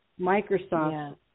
Microsoft